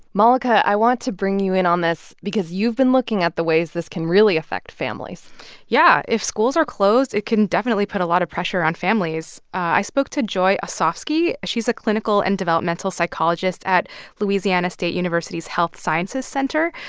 malaka, i want to bring you in on this because you've been looking at the ways this can really affect families yeah. if schools are closed, it can definitely put a lot of pressure on families. i spoke to joy osofsky. she's a clinical and developmental psychologist at louisiana state university's health sciences center.